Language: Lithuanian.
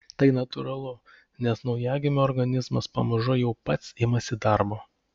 tai natūralu nes naujagimio organizmas pamažu jau pats imasi darbo